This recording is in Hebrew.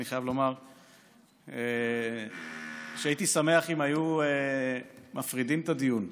אני חייב לומר שהייתי שמח אם היו מפרידים את הדיון.